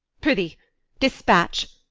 prithee dispatch.